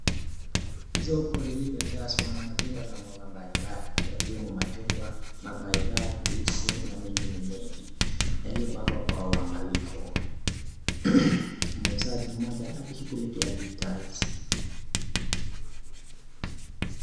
Soko lilio jazwa na matunda na mboga mbali mbali yakiwemo machungwa, mapaipai, machungwa na mengine mengi yaliyopangwa kwa uwangalifu. Muuzaji mmoja akishughulikia bidhaa hizi.